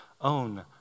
own